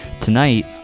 Tonight